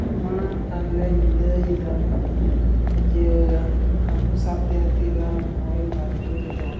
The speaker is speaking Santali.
ᱢᱟ ᱛᱟᱦᱚᱞᱮᱧ ᱞᱟᱹᱭᱫᱟ ᱤᱭᱟᱹ ᱦᱟᱹᱠᱩ ᱥᱟᱵ ᱨᱮᱭᱟᱜ ᱛᱮᱞᱟ ᱦᱚᱭ ᱵᱷᱟᱨᱰᱩ ᱫᱚ